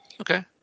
Okay